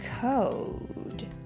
code